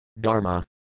Dharma